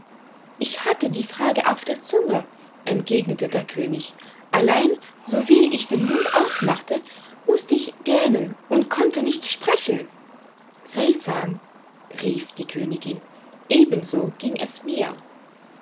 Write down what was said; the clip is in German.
ich hatte die frage auf der zunge entgegnete der könig allein sowie ich den mund aufmachte mußte ich gähnen und konnte nicht sprechen seltsam rief die königin ebenso ging es mir